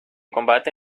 combate